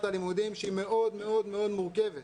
הלימודים שהיא מאוד מאוד מאוד מורכבת.